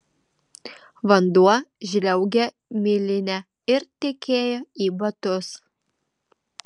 vanduo žliaugė miline ir tekėjo į batus